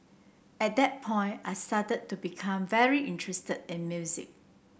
at that point I started to become very interested in music